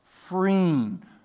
freeing